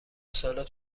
سالاد